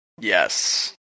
Yes